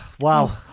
Wow